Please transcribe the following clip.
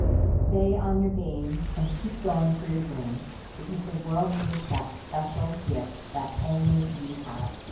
stay on your game and keep going for your dreams because the world needs that special gift that only you have.